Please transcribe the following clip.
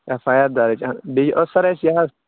F I R دَرٕچ بیٚیہِ اوس سَر اَسہِ یہِ حظ